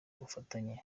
ubufatanye